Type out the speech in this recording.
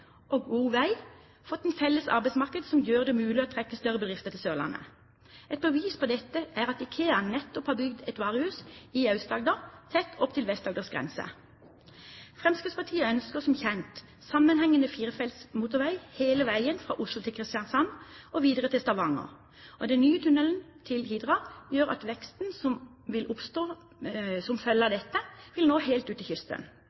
og god vei, fått et felles arbeidsmarked som gjør det mulig å trekke større bedrifter til Sørlandet. Et bevis på dette er at IKEA nettopp har bygd et varehus i Aust-Agder, tett opp til Vest-Agders grense. Fremskrittspartiet ønsker, som kjent, sammenhengende firefelts motorvei hele veien fra Oslo til Kristiansand og videre til Stavanger. Den nye tunnelen til Hidra gjør at veksten som vil oppstå som følge av dette, vil nå helt ut til kysten.